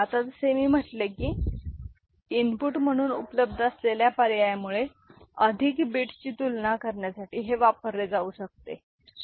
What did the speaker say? आता जसे मी म्हटले आहे की इनपुट म्हणून उपलब्ध असलेल्या पर्यायामुळे अधिक बिटची तुलना करण्यासाठी हे वापरले जाऊ शकते